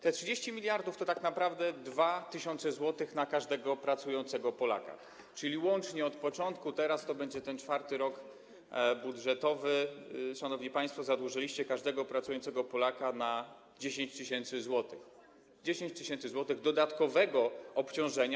Te 30 mld to tak naprawdę 2 tys. zł na każdego pracującego Polaka, czyli łącznie od początku, teraz to będzie czwarty rok budżetowy, szanowni państwo, zadłużyliście każdego pracującego Polaka na 10 tys. zł - 10 tys. zł dodatkowego obciążenia.